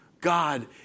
God